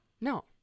No